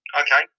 Okay